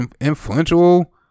influential